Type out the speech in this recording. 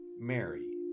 Mary